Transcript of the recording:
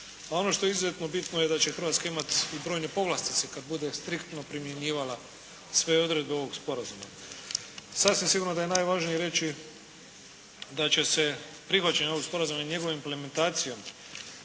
ono što je izuzetno bitno je da će Hrvatska imati i brojne povlastice kad bude striktno primjenjivala sve odredbe ovog sporazuma. Sasvim sigurno da je najvažnije reći da će se prihvaćanje ovog sporazuma i njegovom implementacijom